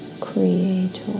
Creator